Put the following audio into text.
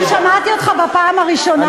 שתחזור בה, אדוני, שמעתי אותך בפעם הראשונה.